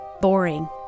boring